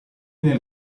nel